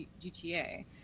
GTA